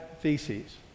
Theses